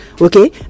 okay